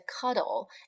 cuddle